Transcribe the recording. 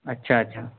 اچھا اچھا